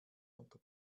unter